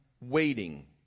waiting